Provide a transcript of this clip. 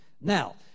Now